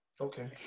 Okay